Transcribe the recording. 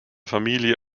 familie